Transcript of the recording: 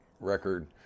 record